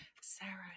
Sarah